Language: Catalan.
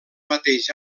mateix